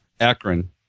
Akron